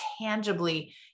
tangibly